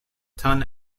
tun